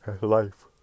life